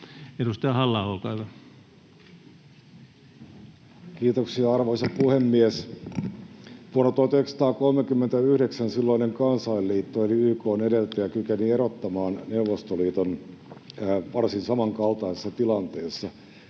Edustaja Halla-aho, olkaa hyvä. Kiitoksia, arvoisa puhemies! Vuonna 1939 silloinen Kansainliitto, eli YK:n edeltäjä, kykeni erottamaan Neuvostoliiton varsin samankaltaisessa tilanteessa.